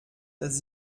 dass